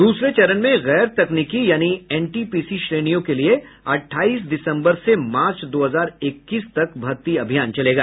दूसरे चरण में गैर तकनीकी यानि एनटीपीसी श्रेणियों के लिए अट्ठाईस दिसंबर से मार्च दो हजार इक्कीस तक भर्ती अभ्यिान चलेगा